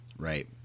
Right